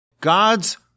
God's